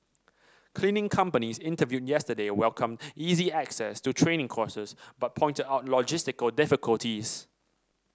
cleaning companies interviewed yesterday welcomed easy access to training courses but pointed out logistical difficulties